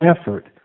effort